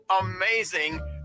amazing